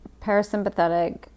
parasympathetic